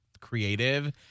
creative